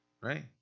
Right